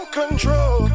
control